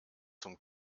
zum